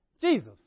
Jesus